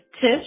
Tish